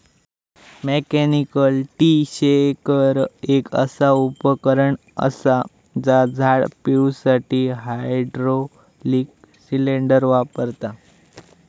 mechanical tree shaker एक असा उपकरण असा जा झाड पिळुसाठी हायड्रॉलिक सिलेंडर वापरता